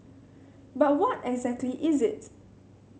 but what exactly is it